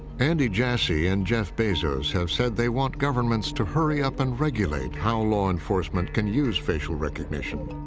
andy jassy and jeff bezos have said they want governments to hurry up and regulate how law enforcement can use facial recognition.